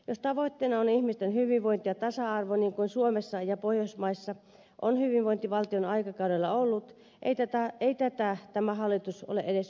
jos tavoitteena on ihmisten hyvinvointi ja tasa arvo niin kuin suomessa ja pohjoismaissa on hyvinvointivaltion aikakaudella ollut ei tätä tämä hallitus ole edes yrittänyt saavuttaa